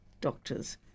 doctors